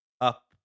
up